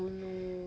oh no